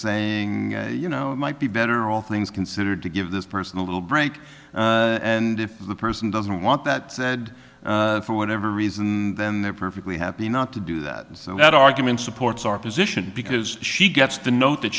saying you know it might be better all things considered to give this person a little break and if the person doesn't want that said for whatever reason then they're perfectly happy not to do that so that argument supports our position because she gets the note that